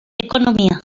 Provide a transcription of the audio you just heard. ekonomia